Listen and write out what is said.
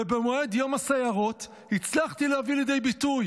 ובמועד יום הסיירות הצלחתי להביא לידי ביטוי